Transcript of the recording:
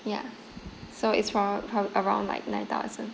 ya so it's four thou~ around like nine thousand